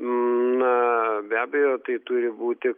na be abejo tai turi būti